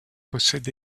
possède